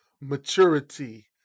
maturity